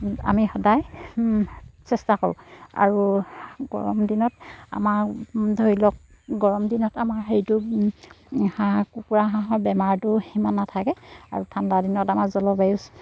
আমি সদায় চেষ্টা কৰোঁ আৰু গৰম দিনত আমাৰ ধৰি লওক গৰম দিনত আমাৰ সেইটো হাঁহ কুকুৰা হাঁহৰ বেমাৰটো সিমান নাথাকে আৰু ঠাণ্ডা দিনত আমাৰ জলবায়ু